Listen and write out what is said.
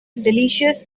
delicious